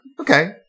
okay